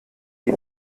die